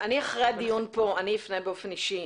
אחרי הדיון פה אפנה באופן אישי,